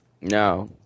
No